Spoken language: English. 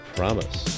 Promise